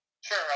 Sure